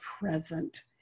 present